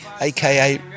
aka